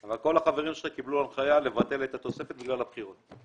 את התוספת בגלל הבחירות.